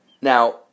now